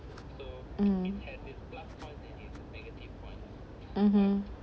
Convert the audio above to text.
um (uh huh)